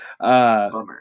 Bummer